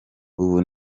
ubu